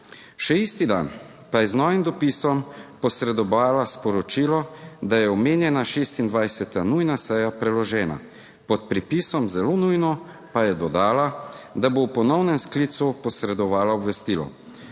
Še isti dan pa je z novim dopisom posredovala sporočilo, da je omenjena 26. nujna seja preložena, pod pripisom "zelo nujno" pa je dodala, da bo v ponovnem sklicu posredovala obvestilo.